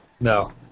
no